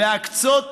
להקצות